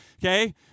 Okay